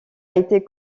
été